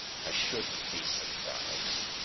i shouldn't be surprised.